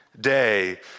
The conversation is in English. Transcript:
day